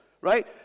right